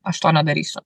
aš to nedarysiu